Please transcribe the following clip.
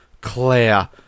Claire